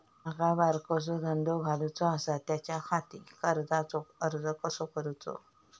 माका बारकोसो धंदो घालुचो आसा त्याच्याखाती कर्जाचो अर्ज कसो करूचो?